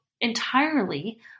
entirely